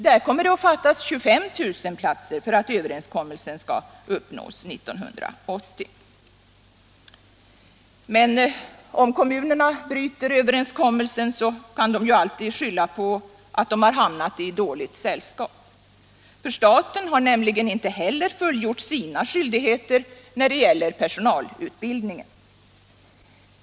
Där kommer det att fattas 25 000 platser för att överenskommelsen skall vara uppfylld 1980. Men om kommunerna bryter överenskommelsen så kan de ju alltid skylla på att de har hamnat i dåligt sällskap. Staten har nämligen inte heller fullgjort sina skyldigheter när det gäller personalutbildningen.